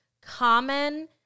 common